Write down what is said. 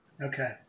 Okay